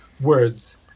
words